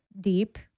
deep